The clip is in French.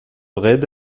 raid